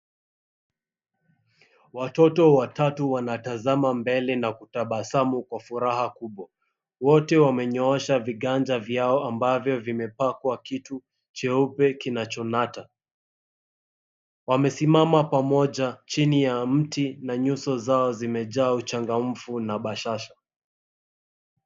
Watoto watatu wanatazama mbele na kutabasamu kwa furaha kubwa , wote wamenyosha viganja vyao ambavyo vimepakwa kitu cheupe kinachonata, wamesimama pamoja chini ya mti na nyuso zao zimejaa uchangamfu na bashasha.